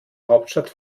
hauptstadt